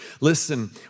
Listen